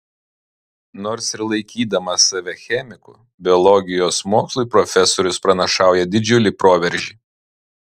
nors ir laikydamas save chemiku biologijos mokslui profesorius pranašauja didžiulį proveržį